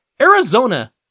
Arizona